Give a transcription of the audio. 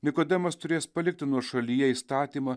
nikodemas turės palikti nuošalyje įstatymą